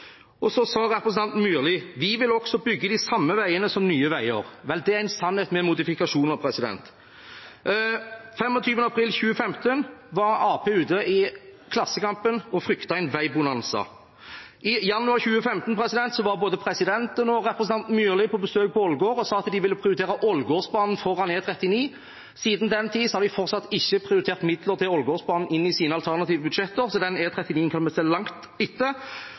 Representanten Myrli sa at de ville bygge de samme veiene som Nye veier. Vel, det er en sannhet med modifikasjoner. Den 25. april 2015 var Arbeiderpartiet ute i Klassekampen og fryktet en veibonanza. I januar 2015 var både presidenten og representanten Myrli på besøk på Ålgård og sa at de ville prioritere Ålgårdbanen foran E39. Siden den tid har de fortsatt ikke prioritert inn midler til Ålgårdbanen i sine alternative budsjetter, så den E39-en kan vi se langt etter.